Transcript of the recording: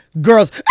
girls